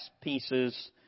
pieces